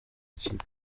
ikipe